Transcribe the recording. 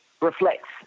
reflects